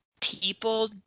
people